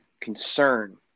concern